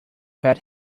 pat